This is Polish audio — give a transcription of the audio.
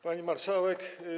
Pani Marszałek!